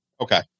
Okay